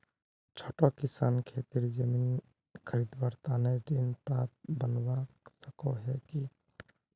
छोटो किसान खेतीर जमीन खरीदवार तने ऋण पात्र बनवा सको हो कि?